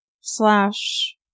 slash